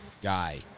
guy